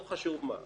לא חשוב מה.